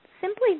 simply